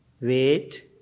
Wait